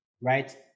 right